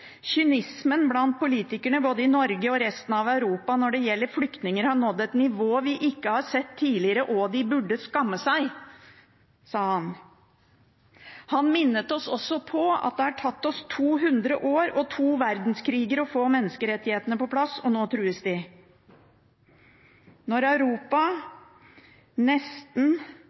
blant politikere både i Norge og i resten av Europa når det gjelder flyktninger, har nådd et nivå vi ikke har sett tidligere, og de burde skamme seg, sa han. Han minnet oss også på at det har tatt oss 200 år og to verdenskriger å få menneskerettighetene på plass, og at de nå trues. I Europa mener man at man nesten